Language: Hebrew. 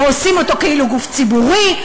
ועושים אותו כאילו גוף ציבורי,